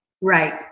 Right